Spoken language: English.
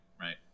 right